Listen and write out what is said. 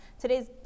today's